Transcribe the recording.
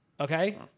Okay